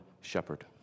shepherd